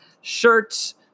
shirts